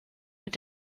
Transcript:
mit